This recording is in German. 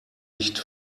nicht